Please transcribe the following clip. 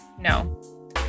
no